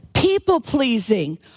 people-pleasing